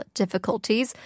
difficulties